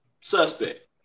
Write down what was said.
suspect